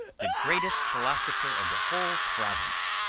the greatest philosopher of the whole province,